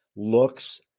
looks